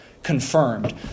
Confirmed